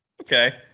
Okay